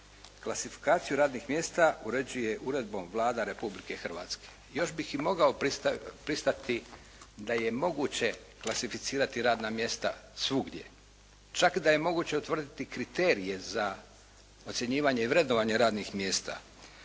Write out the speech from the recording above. "klasifikaciju radnih mjesta uređuje uredbom Vlada Republike Hrvatske". Još bih i mogao pristati da je moguće klasificirati radna mjesta svugdje, čak da je moguće utvrditi kriterije za ocjenjivanje i vrednovanje radnih mjesta,